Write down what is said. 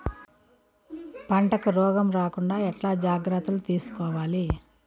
పంటకు రోగం రాకుండా ఎట్లా జాగ్రత్తలు తీసుకోవాలి?